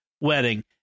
wedding